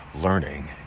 learning